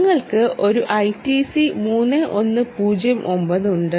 ഞങ്ങൾക്ക് ഒരു ഐടിസി 3109 ഉണ്ട്